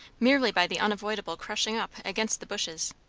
merely by the unavoidable crushing up against the bushes.